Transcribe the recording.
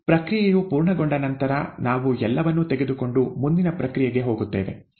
ಪ್ರಕ್ರಿಯೆಯು ಪೂರ್ಣಗೊಂಡ ನಂತರ ನಾವು ಎಲ್ಲವನ್ನೂ ತೆಗೆದುಕೊಂಡು ಮುಂದಿನ ಪ್ರಕ್ರಿಯೆಗೆ ಹೋಗುತ್ತೇವೆ